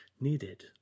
needed